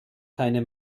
keine